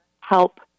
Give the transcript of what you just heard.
help